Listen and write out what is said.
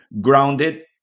Grounded